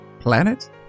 Planet